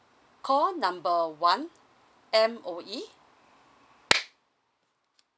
call number one M_O_E